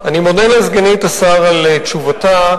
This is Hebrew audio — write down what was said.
אשר מבקשת שמחצית הזמן היא